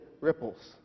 ripples